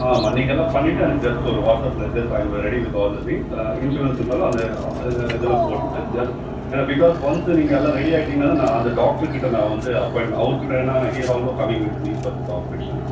ஆமாம் நீங்கள் எல்லாம் பண்ணிட்டு எனக்கு ஜஸ்ட் ஒரு வாட்ஸ்அப்ல just I'm ready with already insurance இருந்தாலும் அந்த இதெலாம் போட்டுட்டு ஜஸ்ட் ஏன்னா பிக்காஸ் ஒன்ஸ் நீங்கள் எல்லாம் ரெடி ஆயிட்டிங்கனால் அந்த டாக்டரு கிட்ட நான் வந்து அப்பாயிண்ட் அவர் கிட்ட ஏன்னா he is also coming with me for the operation